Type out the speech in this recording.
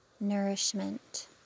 nourishment